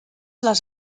les